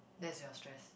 that's your stress